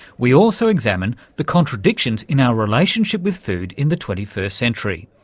we also examine the contradictions in our relationship with food in the twenty first century.